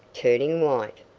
turning white.